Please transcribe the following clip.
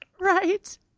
right